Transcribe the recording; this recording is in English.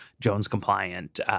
Jones-compliant